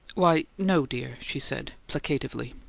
why, no, dear, she said, placatively.